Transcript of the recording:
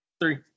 Three